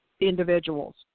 individuals